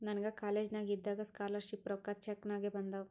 ನನಗ ಕಾಲೇಜ್ನಾಗ್ ಇದ್ದಾಗ ಸ್ಕಾಲರ್ ಶಿಪ್ ರೊಕ್ಕಾ ಚೆಕ್ ನಾಗೆ ಬಂದಾವ್